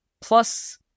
Plus